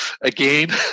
again